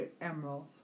Emerald